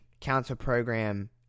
counter-program